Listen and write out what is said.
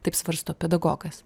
taip svarsto pedagogas